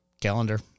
calendar